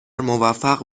موفق